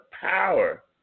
power